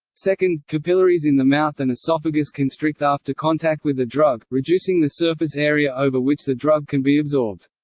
second, capillaries in the mouth and esophagus constrict after contact with the drug, reducing the surface area over which the drug can be absorbed.